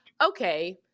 okay